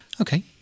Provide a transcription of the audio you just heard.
Okay